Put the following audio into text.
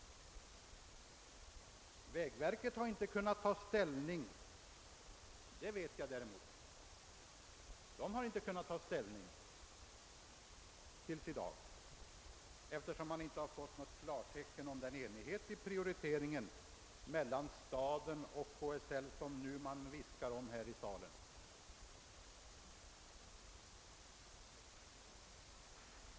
Vägverket har fram till i dag inte kunnat ta ställning — det vet jag däremot — eftersom departementet inte har fått något klartecken om den enighet i fråga om prioriteringen mellan staden och KSL som det nu viskas om här i salen.